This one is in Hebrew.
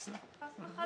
חס ולילה.